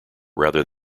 rather